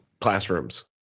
classrooms